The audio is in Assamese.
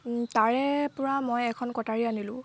তাৰে পৰা মই এখন কটাৰী আনিলোঁ